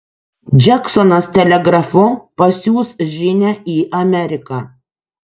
džeksonas telegrafu pasiųs žinią į ameriką